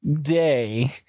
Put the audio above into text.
day